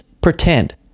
pretend